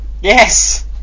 Yes